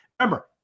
Remember